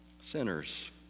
sinners